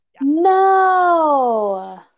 No